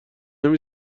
نمی